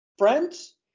friends